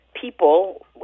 people